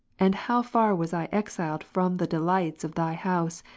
and how far was i exiled from the delights of thy house,